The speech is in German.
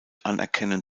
anerkennen